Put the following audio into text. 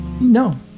no